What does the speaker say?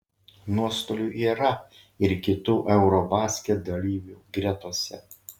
nuostolių yra ir kitų eurobasket dalyvių gretose